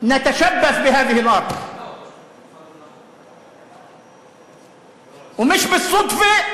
אנו נאחזים בעקשנות באדמה הזאת ולא במקרה.).